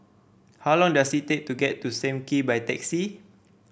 how long does it take to get to Sam Kee by taxi